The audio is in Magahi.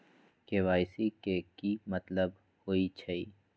के.वाई.सी के कि मतलब होइछइ?